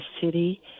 city